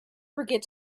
forget